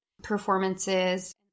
performances